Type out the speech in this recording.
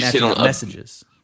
messages